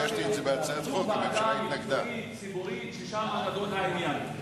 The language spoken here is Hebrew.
שזו ועדה מקצועית, ציבורית, ושם נדון העניין.